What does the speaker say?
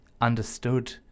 understood